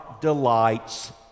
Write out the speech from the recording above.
delights